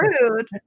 rude